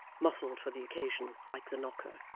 muffled for the occasion, like the knocker